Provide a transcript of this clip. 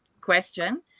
question